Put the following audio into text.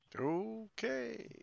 Okay